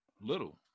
little